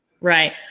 Right